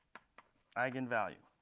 eigenvalue